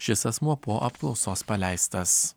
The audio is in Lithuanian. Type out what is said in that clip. šis asmuo po apklausos paleistas